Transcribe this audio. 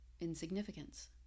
insignificance